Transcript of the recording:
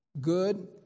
Good